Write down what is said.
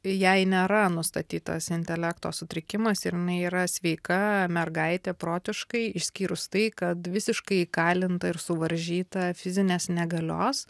jai nėra nustatytas intelekto sutrikimas ir jinai yra sveika mergaitė protiškai išskyrus tai kad visiškai įkalinta ir suvaržyta fizinės negalios